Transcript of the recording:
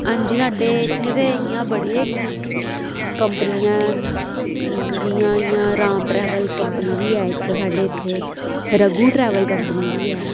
हां जी साढ़ै इत्थे ते इं'यै बड़े कम्पनियां जियां राम ट्रेवल कंपनी बी इक साढ़ै इत्थे रघु ट्रेवल कंपनी बी ऐ